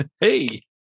Hey